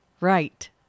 Right